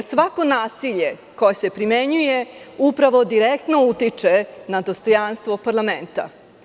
Svako nasilje koje se primenjuje upravo direktno utiče na dostojanstvo parlamenta.